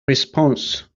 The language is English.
response